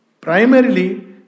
primarily